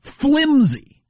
flimsy